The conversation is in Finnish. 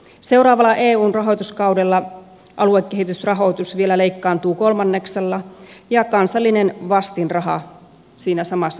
seuraavalla eun rahoituskaudella aluekehitysrahoitus vielä leikkaantuu kolmanneksella ja kansallinen vastinraha siinä samassa suhteessa